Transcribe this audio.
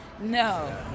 No